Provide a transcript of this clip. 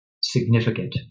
significant